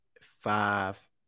five